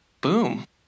boom